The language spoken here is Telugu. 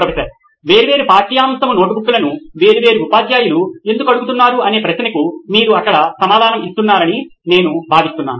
ప్రొఫెసర్ వేర్వేరు పాఠ్యాంశము నోట్బుక్లను వేర్వేరు ఉపాధ్యాయులు ఎందుకు అడుగుతున్నారు అనే ప్రశ్నకు మీరు అక్కడ సమాధానం ఇస్తున్నారని నేను భావిస్తున్నాను